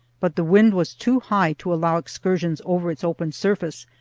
but the wind was too high to allow excursions over its open surface,